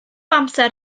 amser